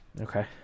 Okay